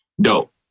Dope